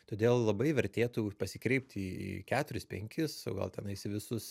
todėl labai vertėtų ir pasikreipti į į keturis penkis o gal tenais į visus